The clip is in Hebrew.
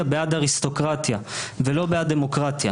בעד אריסטוקרטיה ולא בעד דמוקרטיה.